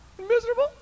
Miserable